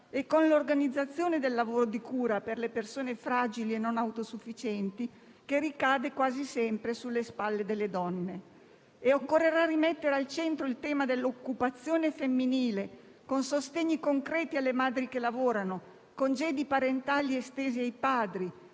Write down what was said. e con l'organizzazione del lavoro di cura per le persone fragili e non autosufficienti che ricade quasi sempre sulle spalle delle donne. Occorrerà rimettere al centro il tema dell'occupazione femminile, con sostegni concreti alle madri che lavorano, congedi parentali estesi ai padri,